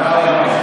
תודה רבה.